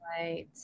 Right